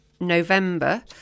November